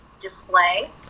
display